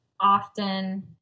often